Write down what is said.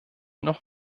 noch